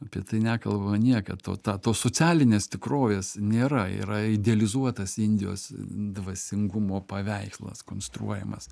apie tai nekalba niekad o ta tos socialinės tikrovės nėra yra idealizuotas indijos dvasingumo paveikslas konstruojamas